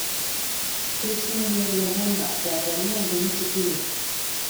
prisiminiau ir legendą apie ąžuolinę ginučių pilį